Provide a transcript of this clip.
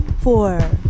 four